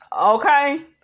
Okay